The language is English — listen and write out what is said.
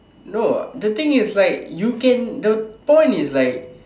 no the thing is like you can the point is like